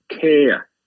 care